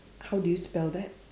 how do you spell that